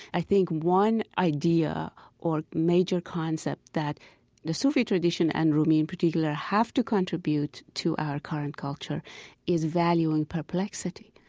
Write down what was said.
i think one idea or major concept that the sufi tradition and rumi in particular have to contribute to our current culture is value in perplexity,